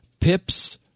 PIP's